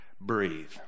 Breathe